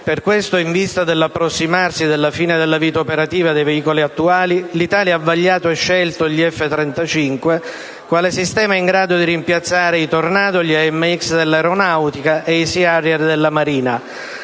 Per questo, in vista dell'approssimarsi della fine della vita operativa dei velivoli attuali, l'Italia ha vagliato e scelto gli F-35 quale sistema in grado di rimpiazzare i Tornado, gli AMX dell'Aeronautica e i Sea Harrier della Marina.